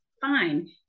fine